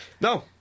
no